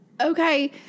okay